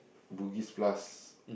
Bugis-Plus